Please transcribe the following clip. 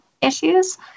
issues